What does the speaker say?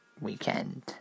weekend